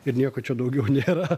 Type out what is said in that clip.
ir nieko čia daugiau nėra